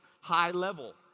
high-level